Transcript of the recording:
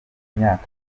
myaka